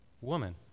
woman